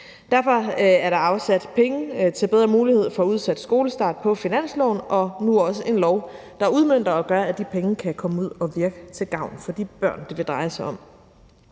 Derfor er der afsat penge til bedre mulighed for udsat skolestart på finansloven, og nu er der også et lovforslag, der udmønter det og gør, at de penge kan komme ud at virke til gavn for de børn, det drejer sig om.